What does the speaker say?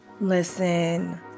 listen